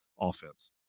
offense